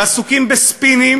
ועסוקים בספינים